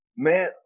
Man